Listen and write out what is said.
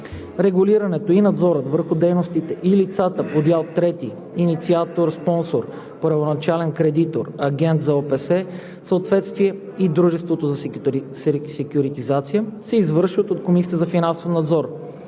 Регулирането и надзорът върху дейностите и лицата по дял трети – инициатор, спонсор, първоначален кредитор, агент за ОПС съответствие и дружеството за секюритизация, се извършват от Комисията за финансов надзор,